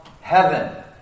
heaven